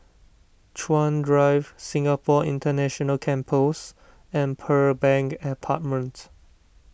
Chuan Drive Singapore International Campus and Pearl Bank Apartment